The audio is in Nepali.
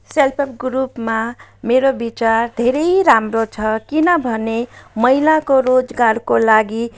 सेल्पहेल्प ग्रुपमा मेरो विचार धेरै राम्रो छ किनभने महिलाको रोजगारको लागि